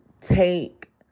take